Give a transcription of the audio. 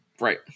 right